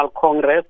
Congress